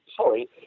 sorry